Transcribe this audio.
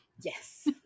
Yes